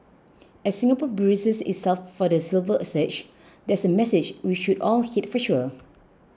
as Singapore braces itself for the silver surge that's a message we should all heed for sure